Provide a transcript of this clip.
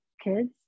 kids